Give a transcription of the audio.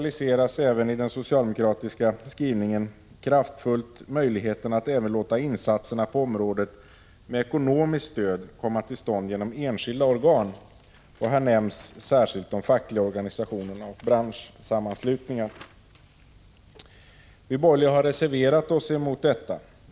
I den socialdemokratiska skrivningen aktualiseras även kraftfullt möjligheterna att låta insatserna på området med ekonomiskt stöd komma till stånd genom enskilda organ. Här nämns särskilt de fackliga organisationerna och branschsammanslutningar. Vi borgerliga har reserverat oss mot detta.